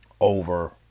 over